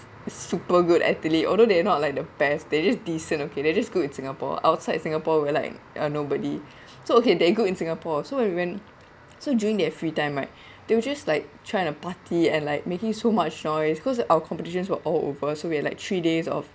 super good athlete although they are not like the best they're just decent okay they're just good in singapore outside singapore we are like nobody so okay they're good in singapore so and when so during their free time right they will just like trying to party and like making so much noise cause our competitions were all over so we are like three days off